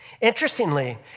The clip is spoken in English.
interestingly